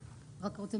קדוש,